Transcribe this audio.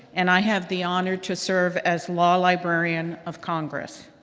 and i have the honor to serve as law librarian of congress.